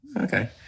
okay